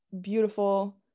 beautiful